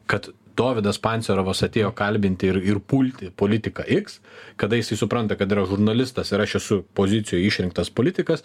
kad dovydas pancerovas atėjo kalbinti ir ir pulti politiką iks kada jisai supranta kad yra žurnalistas ir aš esu pozicijoj išrinktas politikas